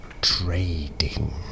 Trading